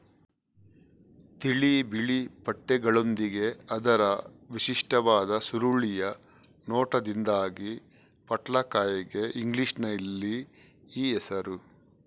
ತಿಳಿ ಬಿಳಿ ಪಟ್ಟೆಗಳೊಂದಿಗೆ ಅದರ ವಿಶಿಷ್ಟವಾದ ಸುರುಳಿಯ ನೋಟದಿಂದಾಗಿ ಪಟ್ಲಕಾಯಿಗೆ ಇಂಗ್ಲಿಷಿನಲ್ಲಿ ಈ ಹೆಸರು